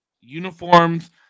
uniforms